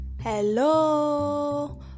Hello